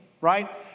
right